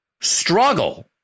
struggle